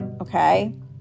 okay